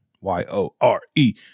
Y-O-R-E